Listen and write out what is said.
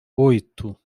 oito